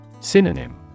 Synonym